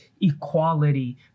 equality